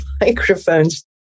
microphones